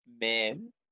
men